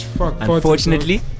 unfortunately